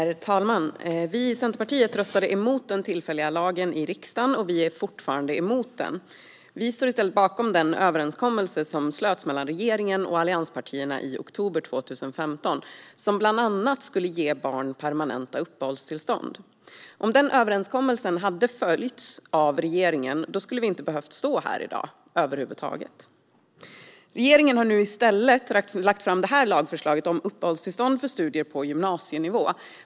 Herr talman! Vi i Centerpartiet röstade emot den tillfälliga lagen i riksdagen och är fortfarande emot den. Vi står i stället bakom den överenskommelse som slöts mellan regeringen och allianspartierna i oktober 2015 och som bland annat skulle ge barn permanenta uppehållstillstånd. Om den överenskommelsen hade följts av regeringen skulle vi inte ha behövt stå här i dag över huvud taget. Regeringen har nu i stället lagt fram det här lagförslaget om uppehållstillstånd för studier på gymnasienivå.